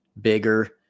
bigger